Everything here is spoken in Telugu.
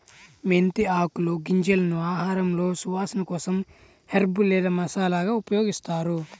మెంతి ఆకులు, గింజలను ఆహారంలో సువాసన కోసం హెర్బ్ లేదా మసాలాగా ఉపయోగిస్తారు